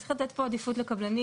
צריך לתת פה עדיפות לקבלנים,